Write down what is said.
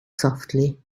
softly